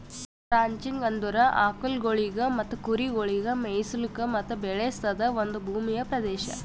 ranching ಅಂದುರ್ ಆಕುಲ್ಗೊಳಿಗ್ ಮತ್ತ ಕುರಿಗೊಳಿಗ್ ಮೆಯಿಸ್ಲುಕ್ ಮತ್ತ ಬೆಳೆಸದ್ ಒಂದ್ ಭೂಮಿಯ ಪ್ರದೇಶ